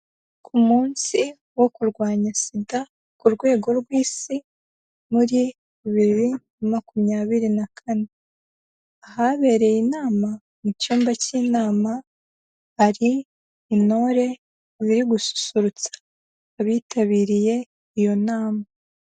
Ku munsi wo kurwanya Sida, ku rwego rw'Isi muri bibiri na makumyabiri na kane, ahabereye inama mu cyumba k'inama, hari intore ziri gusurutsa abitabiriye iyo nama.